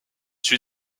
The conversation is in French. suit